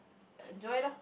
uh dry lor